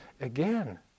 again